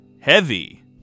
Heavy